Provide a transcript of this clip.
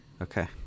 Okay